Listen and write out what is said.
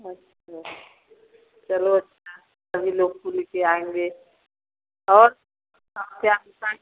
अच्छा चलो अच्छा है सभी लोग को ले कर आएँगे और और क्या